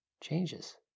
changes